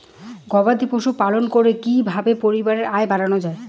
গবাদি পশু পালন করে কি কিভাবে পরিবারের আয় বাড়ানো যায়?